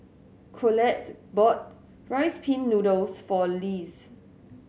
Colette bought Rice Pin Noodles for Lise